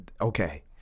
okay